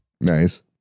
Nice